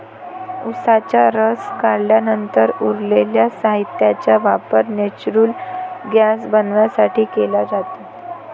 उसाचा रस काढल्यानंतर उरलेल्या साहित्याचा वापर नेचुरल गैस बनवण्यासाठी केला जातो